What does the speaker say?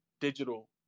digital